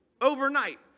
overnight